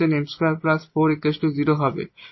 যেখানে অক্সিলিয়ারি সমীকরণ 𝑚2 4 0 হবে